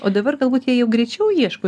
o dabar galbūt jie jau greičiau ieško